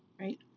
right